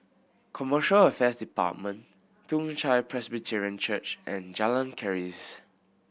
Commercial Affairs Department Toong Chai Presbyterian Church and Jalan Keris